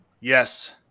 Yes